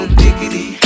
diggity